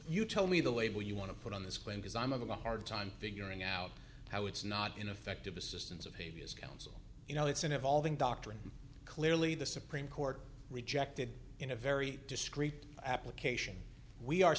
you tell me the label you want to put on this claim because i'm a hard time figuring out how it's not in effect of assistance of papers counsel you know it's an evolving doctrine clearly the supreme court rejected in a very discrete application we are